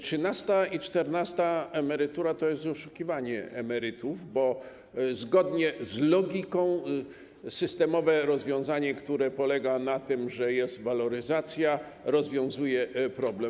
Trzynasta i czternasta emerytura - to jest oszukiwanie emerytów, bo zgodnie z logiką systemowe rozwiązanie, które polega na tym, że jest waloryzacja, rozwiązuje problem.